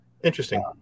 interesting